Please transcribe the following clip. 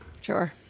Sure